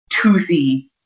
toothy